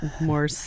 more